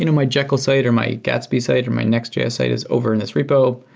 you know my jekyll site or my gatsby site or my nextjs site is over in this repo.